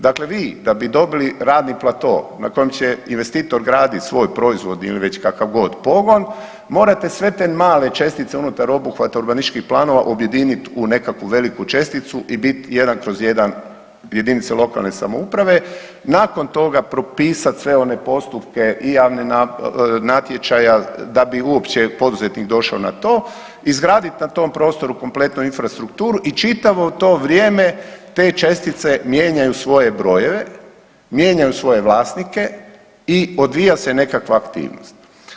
Dakle, vi da bi dobili radni plato na kojem će investitor gradit svoj proizvod ili već kakavgod pogon morate sve te male čestice unutar obuhvata urbanističkih planova objedinit u nekakvu veliku česticu i bit jedan kroz jedan jedinice lokalne samouprave nakon toga propisat sve one postupke i natječaja da bi uopće poduzetnik došao na to, izgradit na tom prostoru kompletnu infrastrukturu i čitavo to vrijeme te čestice mijenjaju svoje brojeve, mijenjaju svoje vlasnike i odvija se nekakva aktivnost.